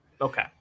Okay